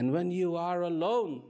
and when you are alone